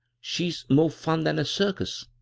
she's more fun than a circus